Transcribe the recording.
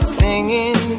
singing